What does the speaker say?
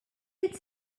its